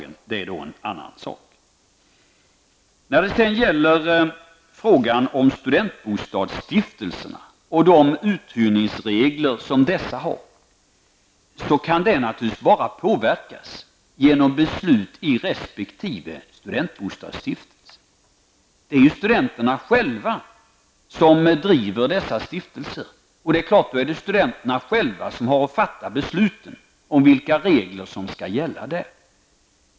När det sedan gäller frågan om studentbostadsstiftelserna och de uthyrningsregler som dessa tillämpar, kan dessa regler bara påverkas genom beslut i resp. studentbostadsstiftelse. Det är ju studenterna själva som driver dessa stiftelser och har att fatta beslut om vilka regler som skall gälla.